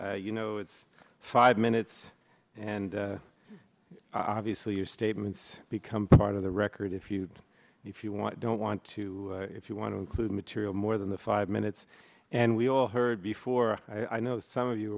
welcome you know it's five minutes and obviously your statements become part of the record if you if you want don't want to if you want to include material more than the five minutes and we all heard before i know some of you